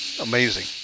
amazing